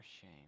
shame